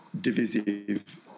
divisive